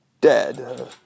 dead